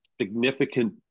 significant